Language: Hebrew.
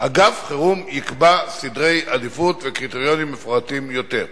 אגף חירום יקבע סדרי עדיפות וקריטריונים מפורטים יותר.